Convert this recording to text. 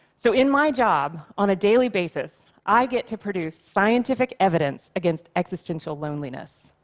so in my job, on a daily basis, i get to produce scientific evidence against existential loneliness.